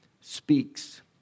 speaks